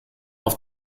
auf